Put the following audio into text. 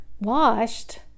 washed